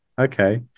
Okay